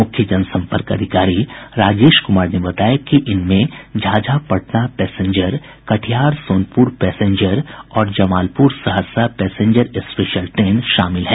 मुख्य जनसंपर्क अधिकारी राजेश कुमार ने बताया कि इनमें झाझा पटना पैसेंजर कटिहार सोनपुर पैसेंजर और Jamalpur Saharsa passenger special train शामिल हैं